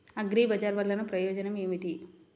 అగ్రిబజార్ వల్లన ప్రయోజనం ఏమిటీ?